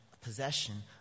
possession